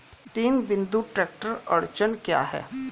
तीन बिंदु ट्रैक्टर अड़चन क्या है?